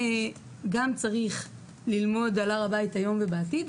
גם צריך ללמוד על הר הבית היום ובעתיד,